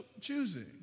choosing